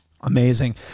Amazing